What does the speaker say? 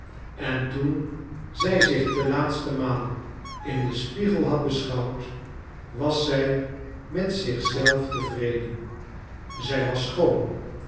en toen zij zich de laatste maal in den spiegel had beschouwd was zij met zich zelf tevreden zij was schoon